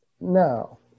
No